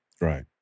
Right